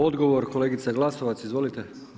Odgovor kolegica Glasovac, izvolite.